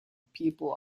people